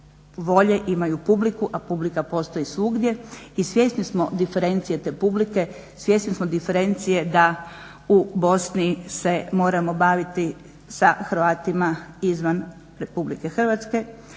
volje, imaju publiku a publika postoji svugdje i svjesni smo diferencije te publike, svjesni smo diferencije da u Bosni se moramo baviti sa Hrvatima izvan Rh, da se